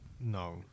No